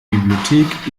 bibliothek